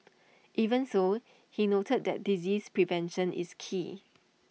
even so he noted that disease prevention is key